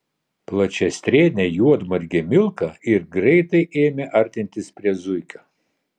plačiastrėnė juodmargė milka ir greitai ėmė artintis prie zuikio